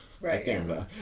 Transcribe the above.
Right